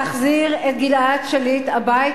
אני רוצה לבקש ממך משהו: תחזיר את גלעד שליט הביתה.